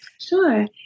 Sure